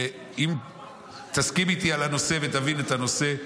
אם תסכים איתי על הנושא ותבין את הנושא,